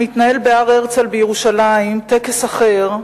מתנהל בהר-הרצל בירושלים טקס אחר,